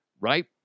Right